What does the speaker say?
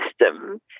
system